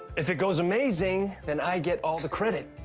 if it goes amazing, then i get all the credit.